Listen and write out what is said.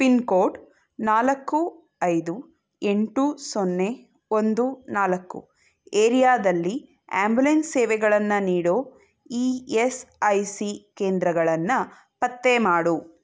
pin code ನಾಲ್ಕು ಐದು ಎಂಟು ಸೊನ್ನೆ ಒಂದು ನಾಲ್ಕು ಏರಿಯಾದಲ್ಲಿ ಆ್ಯಂಬುಲೆನ್ಸ್ ಸೇವೆಗಳನ್ನು ನೀಡೋ ಇ ಎಸ್ ಐ ಸಿ ಕೇಂದ್ರಗಳನ್ನು ಪತ್ತೆ ಮಾಡು